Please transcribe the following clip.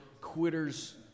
quitters